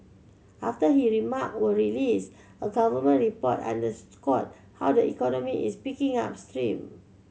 after he remark were released a government report underscored how the economy is picking up stream